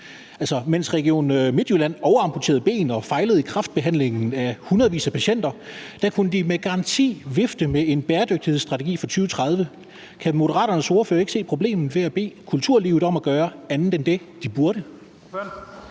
Mens Region Midtjylland overamputerede ben og fejlede i kræftbehandlingen af hundredvis af patienter, kunne de med garanti vifte med en bæredygtighedsstrategi for 2030. Kan Moderaternes ordfører ikke se problemet i at bede kulturlivet om at gøre andet end det, de burde